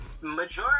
Majority